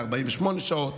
ל-48 שעות,